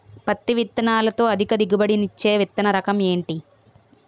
పత్తి విత్తనాలతో అధిక దిగుబడి నిచ్చే విత్తన రకం ఏంటి?